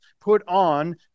put-on